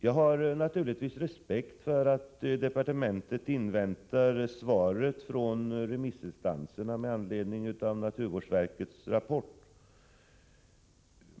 Jag har självfallet respekt för att departementet inväntar svar från remissinstanserna med anledning av naturvårdsverkets rapport.